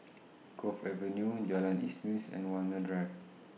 Cove Avenue Jalan Isnin's and Walmer Drive